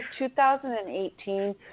2018